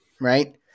right